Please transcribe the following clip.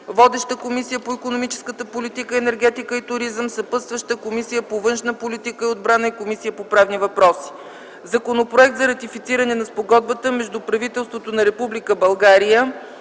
Водеща е Комисията по икономическата политика, енергетика и туризъм. Съпътстващи са Комисията по външна политика и отбрана и Комисията по правни въпроси. Законопроект за ратифициране на Спогодбата между правителството на